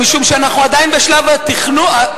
משום שאנחנו עדיין בשלב התכנון,